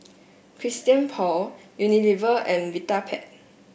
Christian Paul Unilever and Vitapet